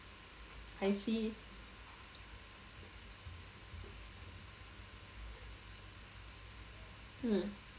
I see mm